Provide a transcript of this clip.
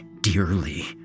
dearly